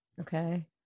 Okay